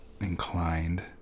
inclined